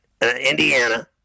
Indiana